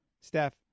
Steph